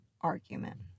argument